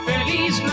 Feliz